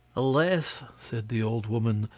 alas! said the old woman,